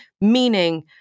meaning